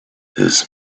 this